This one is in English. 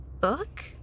book